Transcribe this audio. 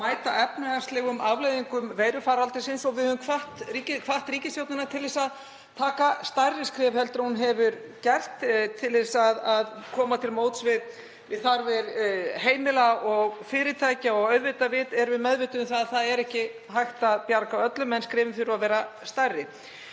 mæta efnahagslegum afleiðingum veirufaraldursins. Við höfum hvatt ríkisstjórnina til að taka stærri skref en hún hefur gert til að koma til móts við þarfir heimila og fyrirtækja. Auðvitað erum við meðvituð um að ekki er hægt að bjarga öllum en skrefin þurfa að vera stærri.